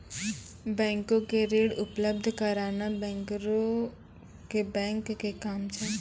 बैंको के ऋण उपलब्ध कराना बैंकरो के बैंक के काम छै